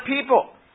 people